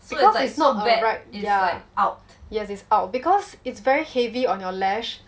because it's not the right yeah yes it's out because it's very heavy on your lash